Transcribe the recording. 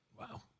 Wow